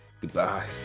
goodbye